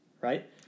right